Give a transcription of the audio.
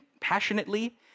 passionately